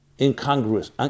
incongruous